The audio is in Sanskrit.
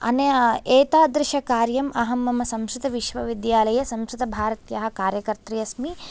अनया एतादृशकार्यम् अहं मम संस्कृतविश्वविद्यालये संस्कृतभारत्याः कार्यकर्त्री अस्मि